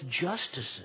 justices